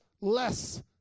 less